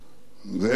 ואלה הם הדברים